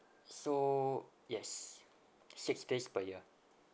so yes six days per year